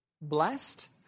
blessed